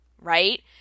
right